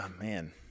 man